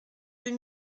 deux